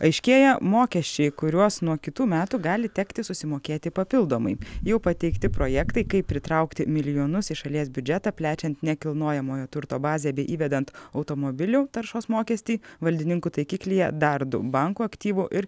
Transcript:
aiškėja mokesčiai kuriuos nuo kitų metų gali tekti susimokėti papildomai jau pateikti projektai kaip pritraukti milijonus į šalies biudžetą plečiant nekilnojamojo turto bazę bei įvedant automobilių taršos mokestį valdininkų taikiklyje dar du bankų aktyvų ir